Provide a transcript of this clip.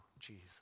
Jesus